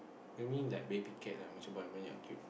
I mean like baby cat lah what's so they're cute